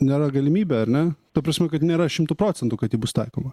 nėra galimybė ar ne ta prasme kad nėra šimtu procentų kad ji bus taikoma